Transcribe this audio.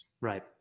Right